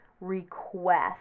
request